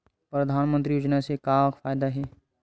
परधानमंतरी योजना से का फ़ायदा हे?